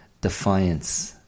defiance